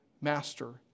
master